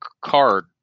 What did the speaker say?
card